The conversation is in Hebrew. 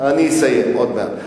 אני אסיים עוד מעט.